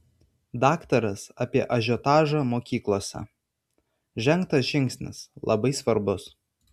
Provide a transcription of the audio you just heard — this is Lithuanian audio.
daktaras apie ažiotažą mokyklose žengtas žingsnis labai svarbus